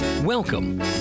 Welcome